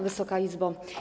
Wysoka Izbo!